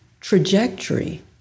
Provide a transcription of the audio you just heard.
trajectory